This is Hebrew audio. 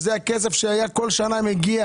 שזה היה כסף שכל שנה מגיע